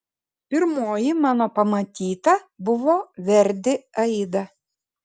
pirmoji mano pamatyta buvo verdi aida